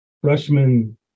freshman